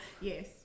yes